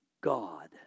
God